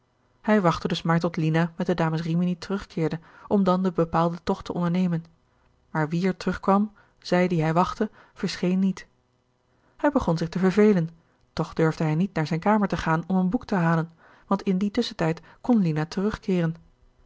hij wachtte dus maar tot lina met de dames rimini terugkeerde om dan den bepaalden tocht te ondernemen maar wie er terugkwam zij die hij wachtte verscheen niet hij begon zich te vervelen toch durfde hij niet naar zijne kamer te gaan om een boek te halen want in dien tusschentijd kon lina terugkeeren